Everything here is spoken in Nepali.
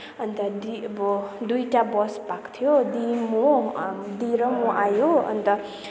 अन्त दि अब दुईवटा बस भएको थियो दि म दि र म आयो अन्त